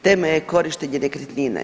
Tema je korištenje nekretnina.